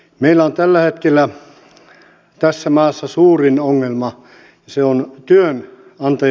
meillä tällä hetkellä tässä maassa suurin ongelma on työnantajapula